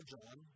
John